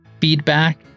feedback